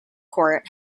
court